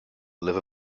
live